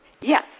Yes